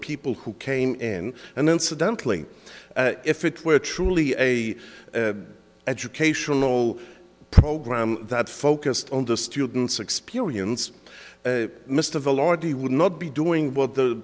people who came in and incidentally if it were truly a educational program that focused on the students experience mr velarde would not be doing what the